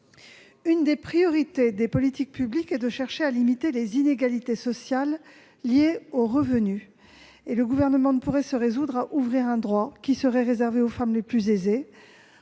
Une des priorités des politiques publiques est de chercher à limiter les inégalités sociales liées aux revenus : le Gouvernement ne pourrait se résoudre à ouvrir un droit qui serait réservé aux femmes les plus aisées.